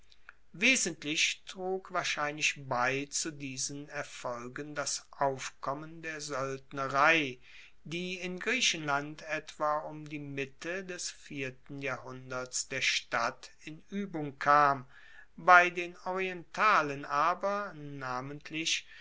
wesentlich trug wahrscheinlich bei zu diesen erfolgen das aufkommen der soeldnerei die in griechenland etwa um die mitte des vierten jahrhunderts der stadt in uebung kam bei den orientalen aber namentlich